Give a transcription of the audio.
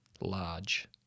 large